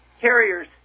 carriers